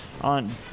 on